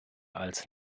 als